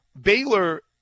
Baylor